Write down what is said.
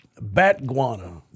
Bat-guana